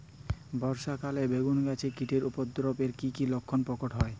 বর্ষা কালে বেগুন গাছে কীটের উপদ্রবে এর কী কী লক্ষণ প্রকট হয়?